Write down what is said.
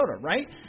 right